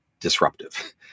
disruptive